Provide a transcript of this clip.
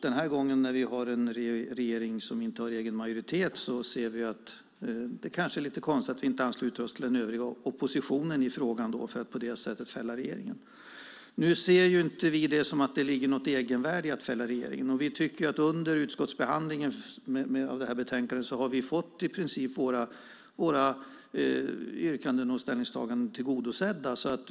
När vi nu har en regering som inte har egen majoritet verkar det kanske lite konstigt att vi inte ansluter oss till den övriga oppositionen i frågan för att på det sättet fälla regeringen. Nu ser vi det inte som ett egenvärde att fälla regeringen. Vi tycker att vi under utskottsbehandlingen av detta betänkande i princip har fått våra yrkanden och ställningstaganden tillgodosedda.